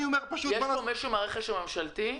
יש פה מישהו מהרכש הממשלתי.